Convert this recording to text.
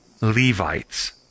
Levites